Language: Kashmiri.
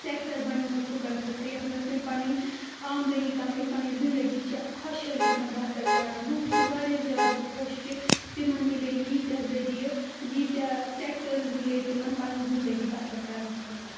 سٮ۪کٹر بنیومُت لُکَن خٲطرٕ یَتھ منٛز تِم پَنٕنۍ آمدٔنی کَمٲیِتھ پَںٕنۍ زندگی چھِ خۄشحٲلی سان بَسَر کَران لُکھ چھِ واریاہ زیادٕ خۄش کہِ تِمَن مِلے ییٖتیٛاہ ذٔریعہِ ییٖتیٛاہ سٮ۪کٹٲرٕز مِلے تِمَن پَنٕںۍ زندگی بَسَر کَرنہٕ خٲطرٕ